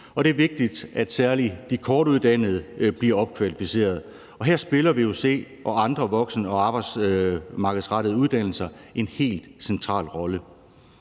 Det er vigtigt, at særlig de kortuddannede bliver opkvalificeret, og her spiller vuc og andre voksenuddannelser og arbejdsmarkedsrettede uddannelser en helt central rolle.